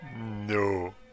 No